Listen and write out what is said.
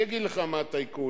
אני אגיד לך מה הטייקונים,